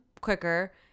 quicker